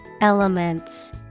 Elements